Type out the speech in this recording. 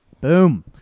Boom